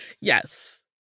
Yes